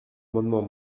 amendement